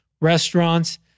restaurants